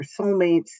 soulmates